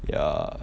ya